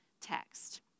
text